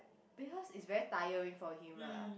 because it's very tiring for him lah